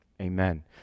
Amen